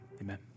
Amen